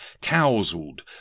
tousled